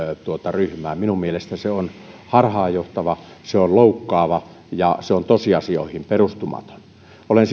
ryhmää minun mielestäni se on harhaanjohtavaa se on loukkaavaa ja se on tosiasioihin perustumatonta kun olen